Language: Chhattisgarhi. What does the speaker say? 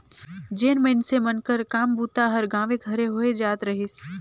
जेन मइनसे मन कर काम बूता हर गाँवे घरे होए जात रहिस